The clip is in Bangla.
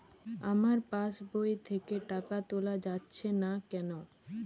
আমার পাসবই থেকে টাকা তোলা যাচ্ছে না কেনো?